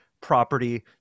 property